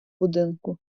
будинку